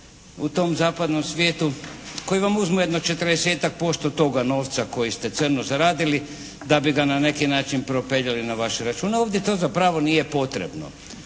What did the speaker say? u tom zapadnom svijetu koji vam uzmu jedno 40-tak posto toga novca koji ste crno zaradili da bi ga neki način propeljali na vaš račun. Ovdje to zapravo nije potrebno.